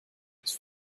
his